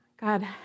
God